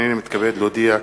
הנני מתכבד להודיעכם,